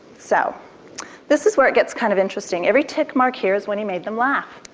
so this is where it gets kind of interesting every tick mark here is when he made them laugh.